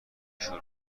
شور